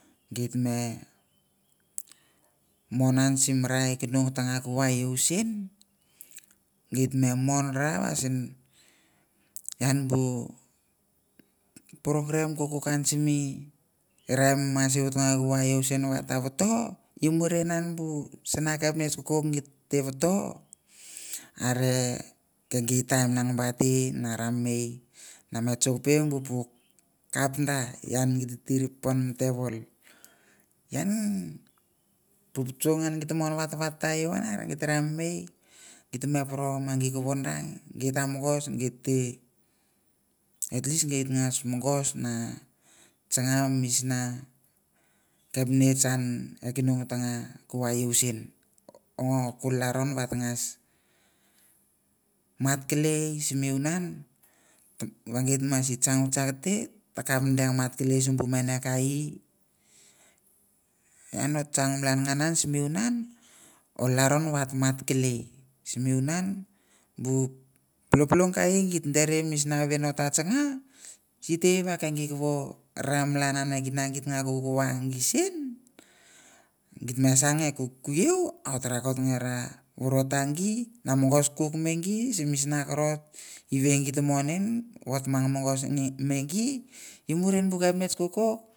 Mon an simi ra kinan toko va iau sihn git ve mon ra ian bu program kukuk an simi ra ian eh mama iau ah ta vato imuri nan bu sava kepnits kukuk gite vato are gi taim ngan ba na ranamei na chokpe bu kap da ian gi tir ipon mi table bu chu gite ranamei gite por ma git kovo da gite mongos atleast git ta mongos ve changa misna kepnits iau sihn a laron mat kelei simi unan git mas chang va chang te akap deng mat kelei simbu mene kai i ote chang malanan simunan olaroh viatamat kelei simunan bu pulpul kai di deri mishan ote changa shitei ve ke gi va ra malana eh kinan git git ah kovo git ve sha me kuku iau ote rakot ve vorotah gi sin misina korot git ve mon in va ta mongos me gi murin kepnits kukuk.